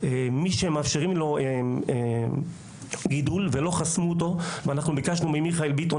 מי שמאפשרים לו גידול ולא חסמו אותו -- ביקשנו ממיכאל ביטון